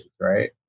Right